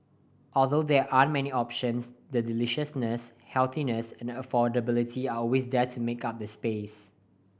although there aren't many options the deliciousness healthiness and affordability are always there to make up the space